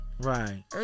Right